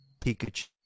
Pikachu